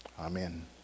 Amen